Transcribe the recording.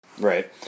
right